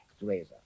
Razor